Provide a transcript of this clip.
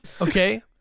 Okay